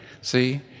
see